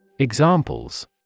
Examples